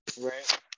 Right